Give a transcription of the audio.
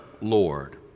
Lord